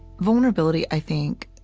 vulnerability, i think,